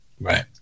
Right